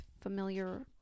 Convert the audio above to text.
familiar